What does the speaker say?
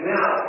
Now